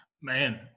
man